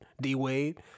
D-Wade